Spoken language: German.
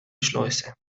schleuse